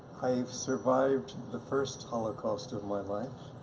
i've survived the first holocaust of my life